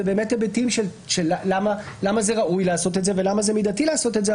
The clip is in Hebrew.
אלה באמת היבטים של למה זה ראוי לעשות את זה ולמה זה מידתי לעשות את זה,